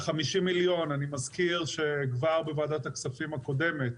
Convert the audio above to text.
אני מזכיר שכבר בוועדת הכספים הקודמת,